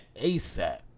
ASAP